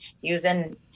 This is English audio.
using